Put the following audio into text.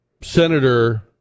senator